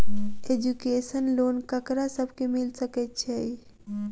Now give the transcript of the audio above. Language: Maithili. एजुकेशन लोन ककरा सब केँ मिल सकैत छै?